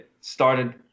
started